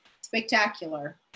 spectacular